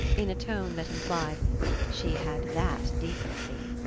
in a tone that implied she had that decency.